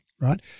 right